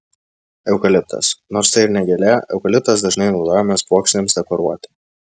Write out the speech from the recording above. eukaliptas nors tai ir ne gėlė eukaliptas dažnai naudojamas puokštėms dekoruoti